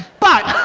but